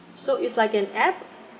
so it's like an app